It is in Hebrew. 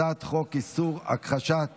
הצעת חוק איסור הכחשת